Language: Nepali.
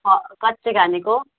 कच्ची घानीको